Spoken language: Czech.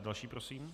Další prosím.